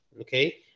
okay